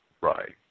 Right